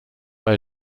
bei